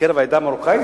בקרב העדה המרוקאית.